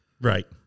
right